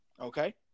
Okay